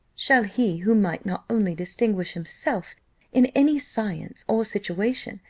shall he who might not only distinguish himself in any science or situation,